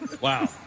Wow